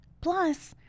Plus